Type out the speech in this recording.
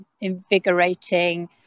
invigorating